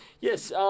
Yes